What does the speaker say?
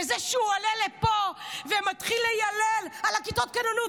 וזה שהוא עולה לפה ומתחיל ליילל על כיתות הכוננות,